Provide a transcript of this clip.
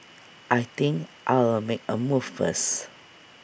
I think I'll make A move first